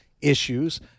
issues